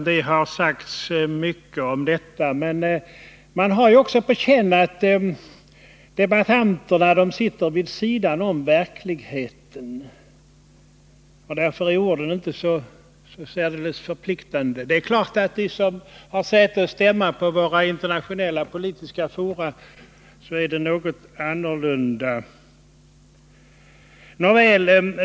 Det har sagts mycket om detta, men man har på känn att debattanterna sitter vid sidan av verkligheten och att orden därför inte är så särdeles förpliktande. Men det är klart att för dem som har säte och stämma i internationella politiska fora är det något annorlunda.